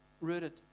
rooted